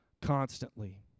constantly